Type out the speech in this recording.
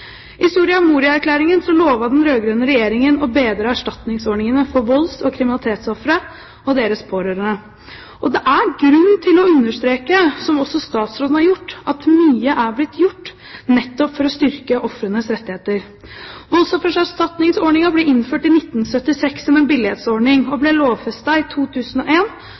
I Soria Moria-erklæringen lovte den rød-grønne regjeringen å bedre erstatningsordningene for volds- og kriminalitetsofre og deres pårørende. Og det er grunn til å understreke, som også statsråden har gjort, at mye er blitt gjort nettopp for å styrke ofrenes rettigheter. Voldsoffererstatningsordningen ble innført i 1976 som en billighetsordning og ble lovfestet i